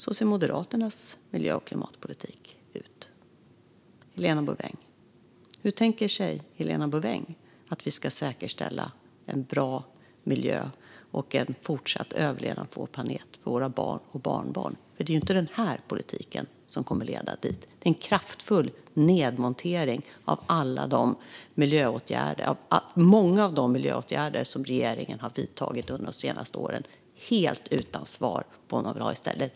Så ser Moderaternas miljö och klimatpolitik ut. Hur tänker sig Helena Bouveng att vi ska säkerställa en bra miljö och en fortsatt överlevnad på vår planet för våra barn och barnbarn? Det är inte den här politiken som kommer att leda dit - en kraftfull nedmontering av många av de miljöåtgärder som regeringen har vidtagit under de senaste åren helt utan svar på vad man vill ha i stället.